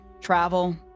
travel